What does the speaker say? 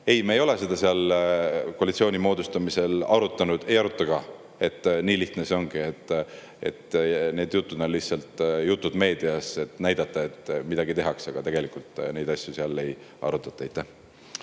ei, me ei ole seda koalitsiooni moodustamisel arutanud. Ei aruta ka, nii lihtne see ongi. Need jutud on lihtsalt jutud meedias, et näidata, et midagi tehakse. Tegelikult neid asju seal ei arutata.